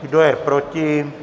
Kdo je proti?